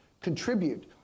contribute